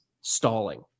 stalling